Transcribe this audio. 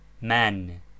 Man